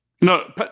No